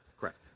Correct